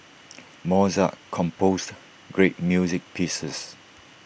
Mozart composed great music pieces